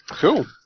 Cool